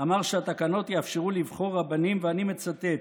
אמר שהתקנות יאפשרו לבחור רבנים, ואני מצטט: